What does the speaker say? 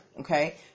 okay